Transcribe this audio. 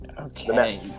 Okay